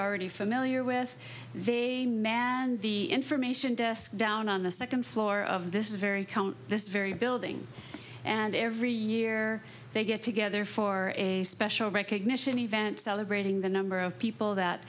already familiar with and the information desk down on the second floor of this is very this very building and every year they get together for a special recognition event celebrating the number of people that